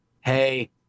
hey